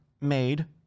made